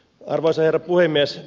arvoisa herra puhemies